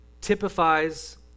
typifies